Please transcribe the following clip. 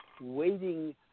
waiting